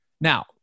Now